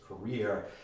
career